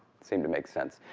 seemed to make sense.